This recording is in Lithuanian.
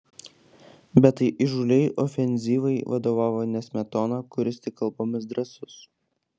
bet tai įžūliai ofenzyvai vadovavo ne smetona kuris tik kalbomis drąsus